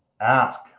Ask